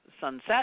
sunset